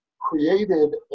created